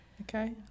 Okay